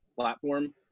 platform